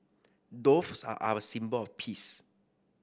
doves are a symbol of peace